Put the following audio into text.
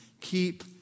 keep